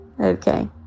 Okay